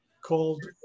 called